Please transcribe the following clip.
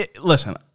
Listen